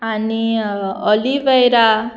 आनी ऑलीवेरा